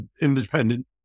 independent